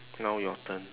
now your turn